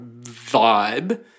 vibe